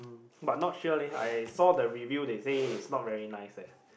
but not sure leh I saw the reviews they say is not very nice leh